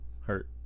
Hurt